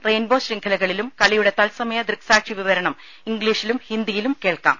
rainbow ശൃംഖലകളിലും കളിയുടെ തത്സമയ ദൃക്സാക്ഷി വിവരണം ഇംഗ്ലീഷിലും ഹിന്ദിയിലും കേൾക്കാം